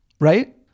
right